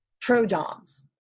pro-doms